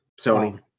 Sony